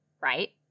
right